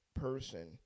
person